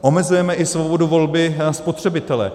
Omezujeme i svobodu volby spotřebitele.